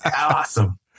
awesome